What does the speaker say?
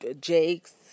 Jakes